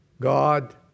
God